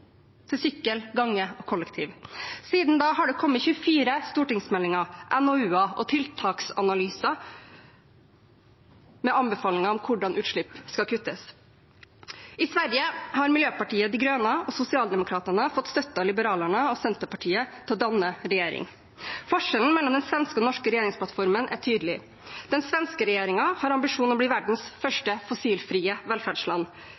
til sykkel, gange og kollektiv. Siden da har det kommet 24 stortingsmeldinger, NOU-er og tiltaksanalyser – med anbefalinger om hvordan utslipp skal kuttes. I Sverige har Miljöpartiet de gröna og Socialdemokraterna fått støtte av Liberalerna og Centerpartiet til å danne regjering. Forskjellene mellom den svenske og norske regjeringsplattformen er tydelige: Den svenske regjeringen har ambisjon om å bli verdens første fossilfrie velferdsland.